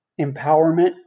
empowerment